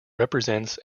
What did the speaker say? represents